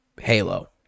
Halo